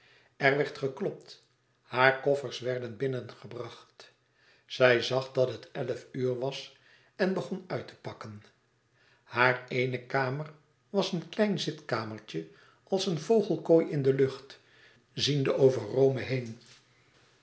er werd geklopt hare koffers werden binnengebracht zij zag dat het elf uur was en begon uit te pakken haar eene kamer was een klein zitkamertje als een vogelkooi in de lucht ziende over rome heen